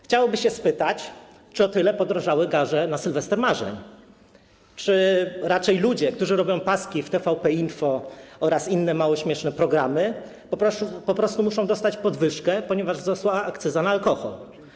Chciałoby się spytać, czy o tyle podrożały gaże za „Sylwestra marzeń”, czy raczej ludzie, którzy robią paski w TVP Info oraz inne mało śmieszne programy, po prostu muszą dostać podwyżkę, ponieważ wzrosła akcyza na alkohol?